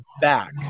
back